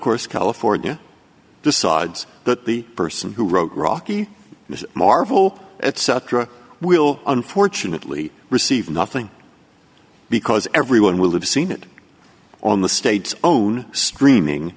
course california decides that the person who wrote rocky and marvel at such will unfortunately receive nothing because everyone will have seen it on the state's own streaming